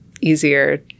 easier